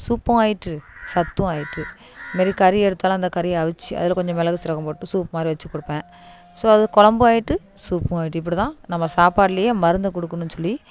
சூப்பும் ஆயிட்டுது சத்தும் ஆயிட்டுது இதுமாரி கறி எடுத்தாலும் அந்த கறியை அவிச்சு அதில் கொஞ்சம் மிளகு சீரகம் போட்டு சூப் மாதிரி வச்சுக் கொடுப்பேன் ஸோ அது கொழம்பும் ஆயிட்டுது சூப்பும் ஆயிட்டுது இப்படி தான் நம்ம சாப்பாட்லையே மருந்தைக் கொடுக்கணும் சொல்லி